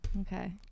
Okay